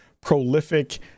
prolific